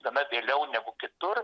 gana vėliau negu kitur